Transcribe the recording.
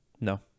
No